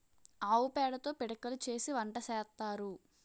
ఆవు పేడతో పిడకలు చేసి వంట సేత్తారు